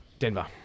Denver